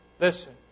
Listen